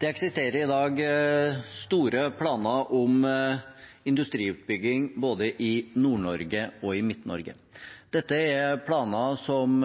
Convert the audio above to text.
Det eksisterer i dag store planer om industriutbygging i både Nord-Norge og Midt-Norge. Dette er planer som